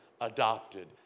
adopted